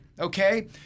Okay